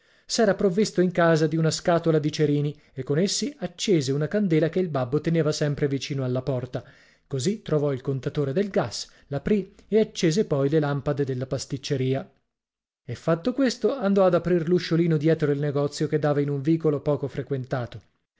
s'era provvisto in casa di una scatola di cerini e con essi accese una candela che il babbo teneva sempre vicino alla porta così trovò il contatore del gas l'aprì e accese poi le lampade della pasticceria e fatto questo andò ad aprir l'usciolino dietro il negozio che dava in un vicolo poco frequentato